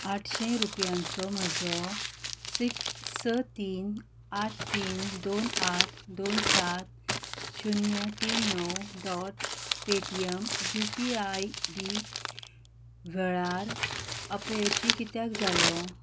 आठशीं रुपयांचो म्हजो सीक स तीन आठ तीन दोन आठ दोन सात शुन्य तीन णव dot Paytm U P I I D वेळार अपेशी कित्याक जालो